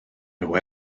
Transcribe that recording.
nhw